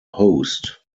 host